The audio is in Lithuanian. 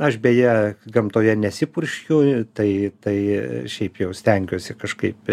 aš beje gamtoje nesipurškiu tai tai šiaip jau stengiuosi kažkaip